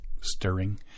stirring